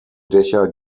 dächer